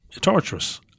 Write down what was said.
torturous